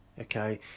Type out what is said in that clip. okay